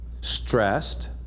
stressed